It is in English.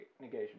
negation